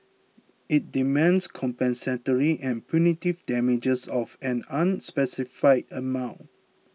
it demands compensatory and punitive damages of an unspecified amount